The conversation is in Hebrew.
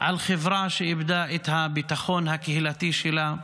על חברה שאיבדה את הביטחון הקהילתי שלה,